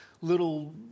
little